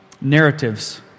narratives